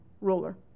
ruler